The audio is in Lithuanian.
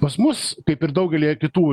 pas mus kaip ir daugelyje kitų